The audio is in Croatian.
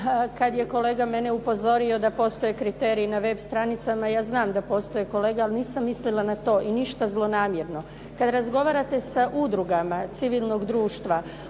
kad je kolega mene upozorio da postoje kriteriji na web stranicama. Ja znam da postoje kolega ali nisam mislila na to i ništa zlonamjerno. Kad razgovarate sa udrugama civilnog društva